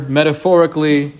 metaphorically